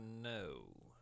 no